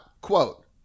Quote